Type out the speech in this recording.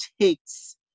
takes